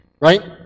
right